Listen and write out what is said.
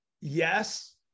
Yes